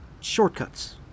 shortcuts